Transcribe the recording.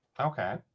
okay